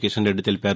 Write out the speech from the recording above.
కిషన్ రెడ్డి తెలిపారు